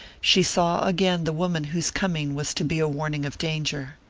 she saw again the woman whose coming was to be a warning of danger.